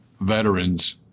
veterans